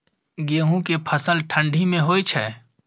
गेहूं के फसल ठंडी मे होय छै?